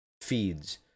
feeds